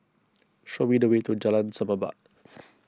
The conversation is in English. show me the way to Jalan Semerbak